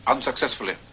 Unsuccessfully